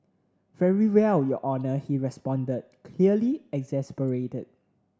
very well your Honour he responded clearly exasperated